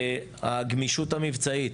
הגמישות המבצעית,